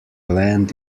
land